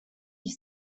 you